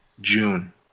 June